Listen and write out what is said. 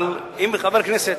אבל אם לחבר הכנסת,